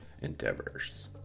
endeavors